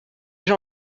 déjà